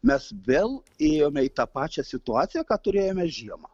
mes vėl ėjome į tą pačią situaciją ką turėjome žiemą